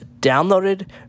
downloaded